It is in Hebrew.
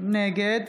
נגד